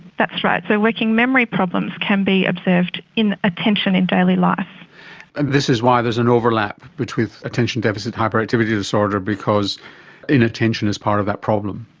that's right. so working memory problems can be observed in attention in daily life. and this is why there is an overlap with attention deficit hyperactivity disorder because inattention is part of that problem.